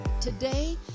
Today